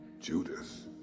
Judas